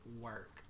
work